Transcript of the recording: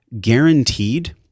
guaranteed